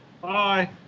Bye